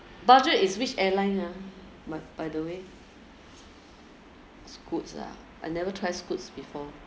budget is which airline ah by by the way scoot ah I never try scoots before